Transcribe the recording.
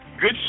Good